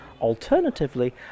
Alternatively